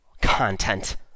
content